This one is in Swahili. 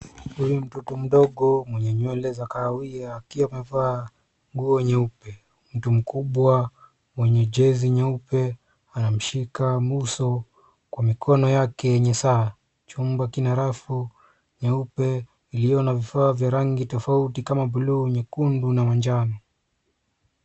Huyu ni mtoto mdogo mwenye nywele za kahawia akiwa amevaa nguo nyeupe. Mtu mkubwa mwenye jezi nyeupe anamshika uso kwa mikono yake yenye saa. Chumba kina rafu nyeupe iliyo na vifaa vya rangi tofauti kama buluu, nyekundu na manjano.